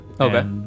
okay